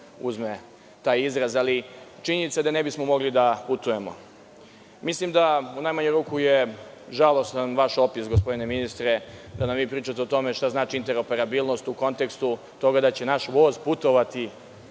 ili ćilim, ali činjenica je da ne bismo mogli da putujemo. Mislim da je u najmanju ruku žalostan vaš opis, gospodine ministre, da nam vi pričate o tome šta znači interoperabilnost u kontekstu toga da će naš voz putovati